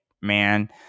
man